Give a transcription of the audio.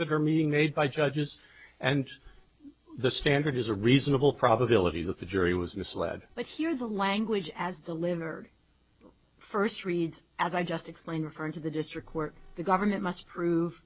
that are meeting made by judges and the standard is a reasonable probability that the jury was misled but here the language as the limburg first reads as i just explained referring to the district court the government must prove